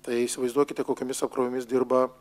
tai įsivaizduokite kokiomis apkrovomis dirba